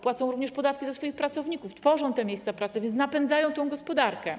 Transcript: Płacą również podatki za swoich pracowników, tworzą miejsca pracy, więc napędzają gospodarkę.